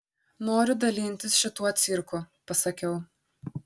noriu dalintis šituo cirku pasakiau